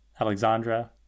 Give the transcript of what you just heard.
Alexandra